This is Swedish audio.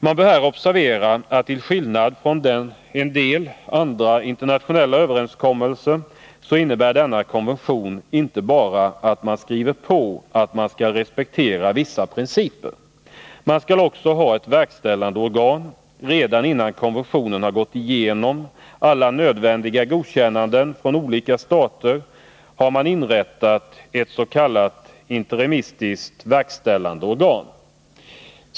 Man bör här observera att denna konvention till skillnad från en del andra internationella överenskommelser inte bara innebär att man skriver på att man skall respektera vissa principer. Man skall också ha ett verkställande organ. Redan innan konventionen har fått alla nödvändiga godkännanden från olika stater har man inrättat ett s.k. interimistiskt verkställande organ.